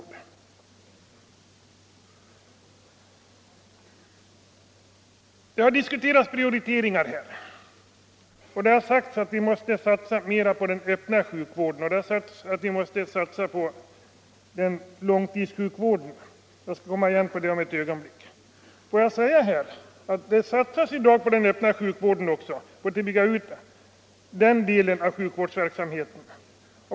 Det har diskuterats prioriteringar här, och det har sagts att vi måste satsa på den öppna sjukvården och på långtidssjukvården. Det satsas i dag på att bygga ut den öppna vården.